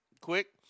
quick